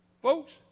Folks